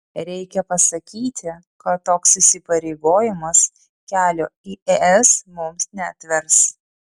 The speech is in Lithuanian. reikia pasakyti kad toks įsipareigojimas kelio į es mums neatvers